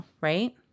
right